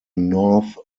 north